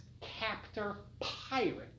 captor-pirate